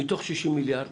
מתוך 60 מיליארד